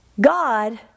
God